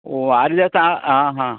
वारें येता आं हां